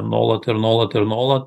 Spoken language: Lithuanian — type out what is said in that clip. nuolat ir nuolat ir nuolat